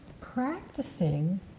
practicing